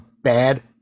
bad